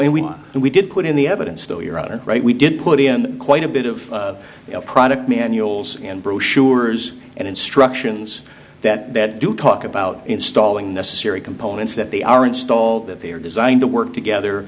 and we did put in the evidence though your honor right we did put in quite a bit of product manuals and brochures and instructions that that do talk about installing necessary components that they are installed that they are designed to work together